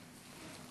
עד שלוש דקות.